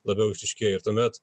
labiau išryškėja ir tuomet